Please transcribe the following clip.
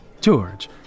George